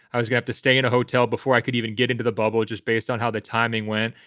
i was got to stay in a hotel before i could even get into the bubble just based on how the timing went.